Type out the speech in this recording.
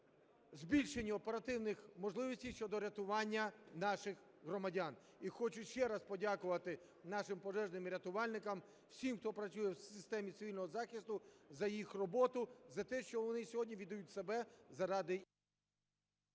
збільшенню оперативних можливостей щодо рятування наших громадян. І хочу ще раз подякувати нашим пожежним і рятувальникам, всім, хто працює в системі цивільного захисту, за їх роботу, за те, що вони сьогодні віддають себе заради…